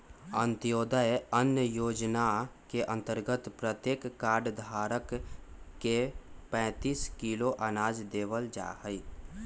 अंत्योदय अन्न योजना के अंतर्गत प्रत्येक कार्ड धारक के पैंतीस किलो अनाज देवल जाहई